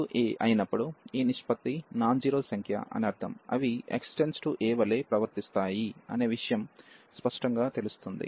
x→ a అయినప్పుడు ఈ నిష్పత్తి నాన్ జీరో సంఖ్య అని అర్థం అవి x → a వలె ప్రవర్తిస్తాయి అనే విషయం స్పష్టంగా తెలుస్తుంది